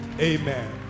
amen